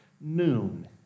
noon